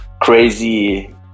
crazy